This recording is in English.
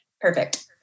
perfect